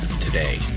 today